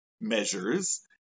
measures